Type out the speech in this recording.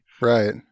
Right